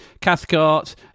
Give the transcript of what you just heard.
Cathcart